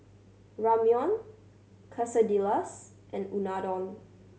Ramyeon Quesadillas and Unadon